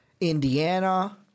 Indiana